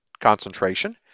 concentration